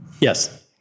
Yes